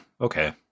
Okay